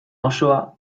osoa